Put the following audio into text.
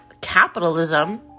capitalism